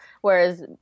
Whereas